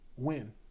win